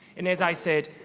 and, as i said,